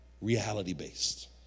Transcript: reality-based